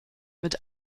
mit